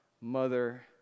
mother